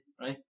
right